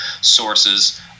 sources